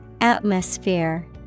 Atmosphere